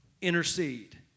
intercede